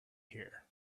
here